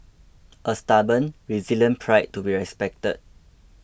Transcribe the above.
a stubborn resilient pride to be respected